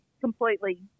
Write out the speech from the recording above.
completely